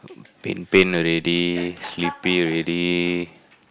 pain pain already sleepy already